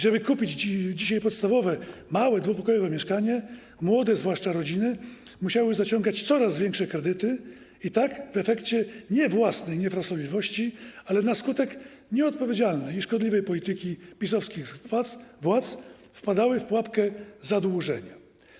Żeby kupić dzisiaj podstawowe, małe, dwupokojowe mieszkanie, zwłaszcza młode rodziny musiały zaciągać coraz większe kredyty, w związku z czym nie w efekcie własnej niefrasobliwości, ale na skutek nieodpowiedzialnej i szkodliwej polityki PiS-owskich władz wpadały w pułapkę zadłużenia.